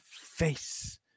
face